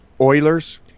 Oilers